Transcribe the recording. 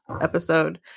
episode